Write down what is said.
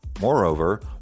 Moreover